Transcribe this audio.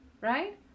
right